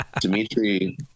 Dimitri